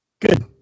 good